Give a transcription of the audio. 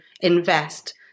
invest